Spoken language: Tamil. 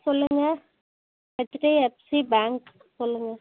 சொல்லுங்கள் ஹச்டிஃஎப்சி பேங்க் சொல்லுங்கள்